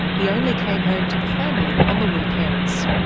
he only came home to the family on the weekends.